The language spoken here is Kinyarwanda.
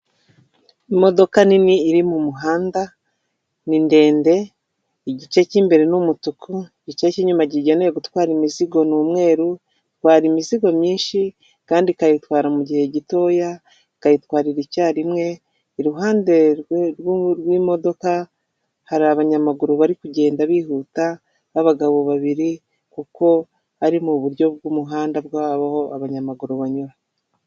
Imodoka nini iri mu muhanda ni ndende, igice cy'imbere n'umutuku igice kinyuma gigenewe gutwara imizigo ni umweru. Itwara imizigo myinshi kandi ikayitwara mu mugihe gitoya ikayitwarira icyarimwe iruhande rw'imodoka hari abanyamaguru bari kugenda bihuta baba'abagabo babiri kuko ari mu buryo bwumuhanda bwabaho abanyamaguru banyura..